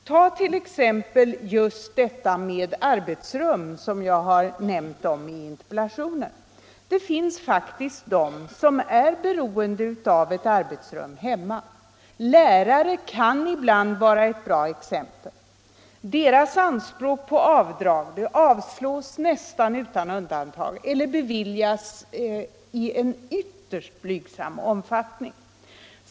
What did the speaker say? Tag just exemplet med arbetsrum som jag har nämnt om i interpellationen. Det finns faktiskt personer som är beroende av ett arbetsrum hemma. Lärare kan ibland vara ett bra exempel härpå. Deras yrkanden om avdrag avslås vanligen — de beviljas i ytterst blygsam omfattning.